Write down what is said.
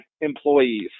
employees